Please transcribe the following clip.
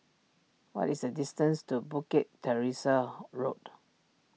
what is the distance to Bukit Teresa Road